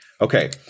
Okay